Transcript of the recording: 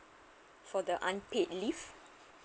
for the unpaid leave